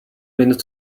minute